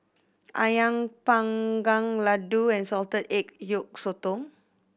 Ayam Panggang laddu and salted egg yolk sotong